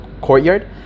courtyard